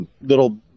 little